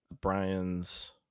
Brian's